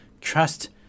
trust